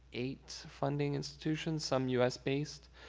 eight funding institutions, some u s. based.